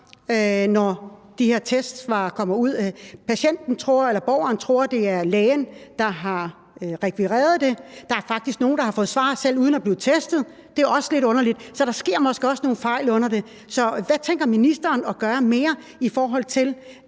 når de her testsvar kommer? Borgeren tror, det er lægen, der har rekvireret det. Der er faktisk nogle, der har fået svar, selv uden at være blevet testet. Det er også lidt underligt. Så der sker måske også nogle fejl her. Så hvad tænker ministeren at gøre mere, i forhold til